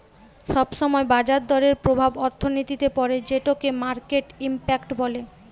সব সময় বাজার দরের প্রভাব অর্থনীতিতে পড়ে যেটোকে মার্কেট ইমপ্যাক্ট বলে